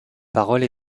parole